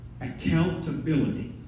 accountability